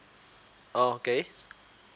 okay